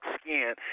skin